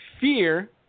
Fear